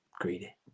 Greedy